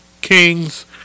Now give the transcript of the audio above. Kings